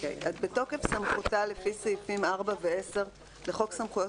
"בתוקף סמכותה לפי סעיפים 4 ו-10 לחוק סמכויות